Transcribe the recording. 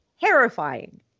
terrifying